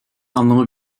anlamı